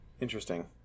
Interesting